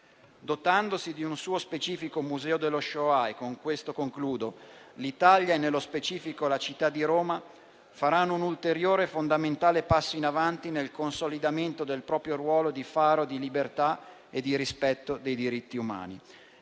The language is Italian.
dotandosi di un suo specifico Museo della Shoah, l'Italia e la città di Roma faranno un ulteriore fondamentale passo in avanti nel consolidamento del proprio ruolo di faro di libertà e di rispetto dei diritti umani.